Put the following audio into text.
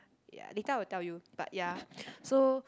ya later I will tell you but ya so